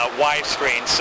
widescreen